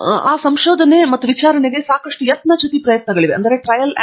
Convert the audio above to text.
ಅದು ಹೌದು ಸಂಶೋಧನೆ ಮತ್ತು ವಿಚಾರಣೆಗೆ ಸಾಕಷ್ಟು ಯತ್ನ ಚ್ಯುತಿ ಪ್ರಯತ್ನಗಳಿವೆ ಮತ್ತು ಅದಕ್ಕೆ ನೀವು ಸಿದ್ಧರಾಗಿರಬೇಕು